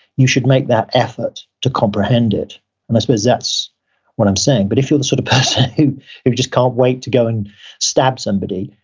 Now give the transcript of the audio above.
you should make that effort to comprehend it and i suppose that's what i'm saying. but if you're the sort of person who, if you just can't wait to go and stab somebody,